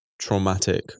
traumatic